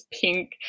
pink